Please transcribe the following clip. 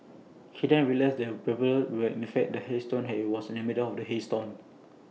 he then realised that the 'pebbles' were in fact hailstones and he was in the middle of A hail storm